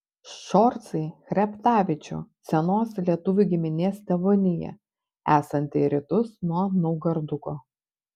ščorsai chreptavičių senos lietuvių giminės tėvonija esanti į rytus nuo naugarduko